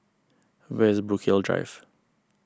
where is Brookvale Drive